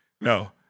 no